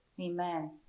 Amen